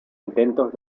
intentos